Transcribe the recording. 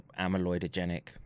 amyloidogenic